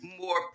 more